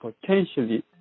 potentially